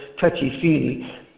touchy-feely